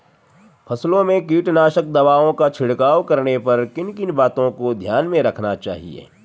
फसलों में कीटनाशक दवाओं का छिड़काव करने पर किन किन बातों को ध्यान में रखना चाहिए?